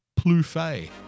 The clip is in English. Plouffe